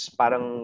parang